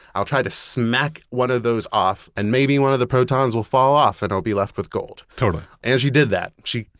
i'll try to smack one of those off, and maybe one of the protons will fall off and i'll be left with gold. totally and she did that. she,